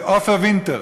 עופר וינטר.